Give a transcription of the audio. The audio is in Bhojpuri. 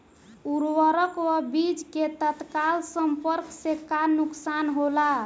उर्वरक व बीज के तत्काल संपर्क से का नुकसान होला?